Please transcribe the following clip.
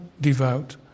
devout